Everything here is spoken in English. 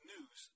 News